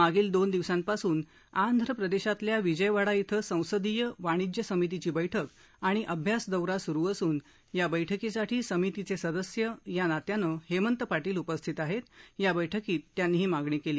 मागील दोन दिवसापासून आंध्रप्रदेशातील विजयवाडा ध्वं संसदीय वाणिज्य समितीची बस्कि आणि अभ्यास दौरा सुरु असून या बस्कीसाठी समितिचे सदस्य या नात्यानं हेमंत पाटील उपस्थित आहेत त्या बैठकीत त्यांनी ही मागणी केली